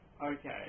Okay